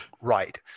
right